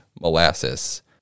molasses